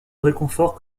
réconfort